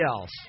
else